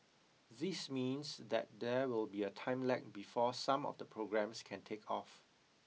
this means that there will be a time lag before some of the programmes can take off